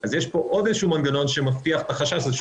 אז יש פה עוד איזשהו מנגנון שמבטיח את החשש הזה.